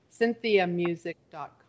CynthiaMusic.com